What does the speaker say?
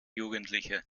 jugendliche